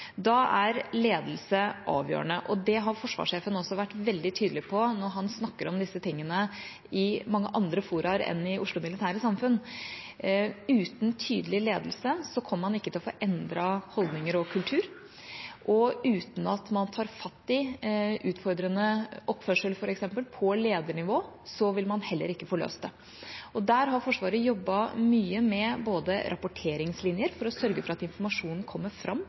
Da er ledelse avgjørende, og det har forsvarssjefen også vært veldig tydelig på når han har snakket om disse tingene i mange andre fora enn i Oslo Militære Samfund. Uten tydelig ledelse kommer man ikke til å få endret holdninger og kultur, og uten at man tar fatt i f.eks. utfordrende oppførsel på ledernivå, vil man heller ikke få løst det. Der har Forsvaret jobbet mye med rapporteringslinjer for å sørge for at informasjonen kommer fram